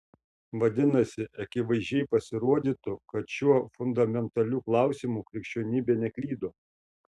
vadinasi akivaizdžiai pasirodytų kad šiuo fundamentaliu klausimu krikščionybė neklydo